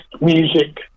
music